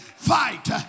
fight